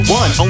one